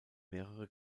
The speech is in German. mehrere